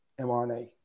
mRNA